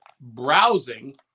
browsing